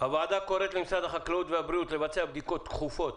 הוועדה קוראת למשרד החקלאות והבריאות לבצע בדיקות דחופות